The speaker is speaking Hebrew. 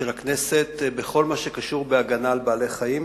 של הכנסת בכל מה שקשור בהגנה על בעלי-חיים